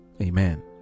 Amen